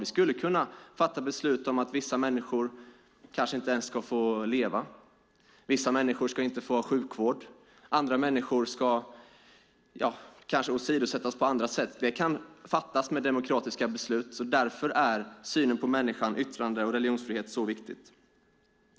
Vi skulle kunna fatta beslut om att vissa människor kanske inte ens ska få leva, att vissa människor inte ska få sjukvård, att andra människor ska åsidosättas på andra sätt. Sådana beslut kan fattas med demokrati, så därför är synen på människan, yttrande och religionsfrihet så viktigt.